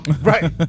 Right